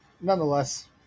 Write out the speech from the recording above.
nonetheless